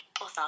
author